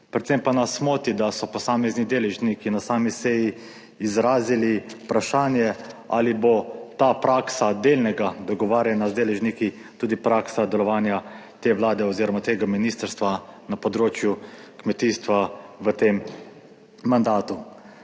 Ppredvsem pa nas moti, da so posamezni deležniki na sami seji izrazili vprašanje ali bo ta praksa delnega dogovarjanja z deležniki tudi praksa delovanja te Vlade oziroma tega ministrstva na področju kmetijstva v tem mandatu.